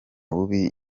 bubi